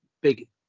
big